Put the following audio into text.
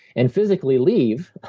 and physically leave